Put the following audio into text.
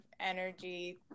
energy